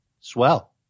Swell